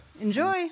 Enjoy